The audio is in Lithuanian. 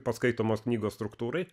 paskaitomos knygos struktūrai